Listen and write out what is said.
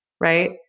right